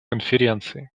конференции